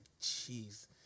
jeez